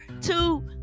two